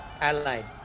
allied